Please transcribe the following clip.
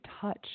touch